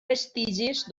vestigis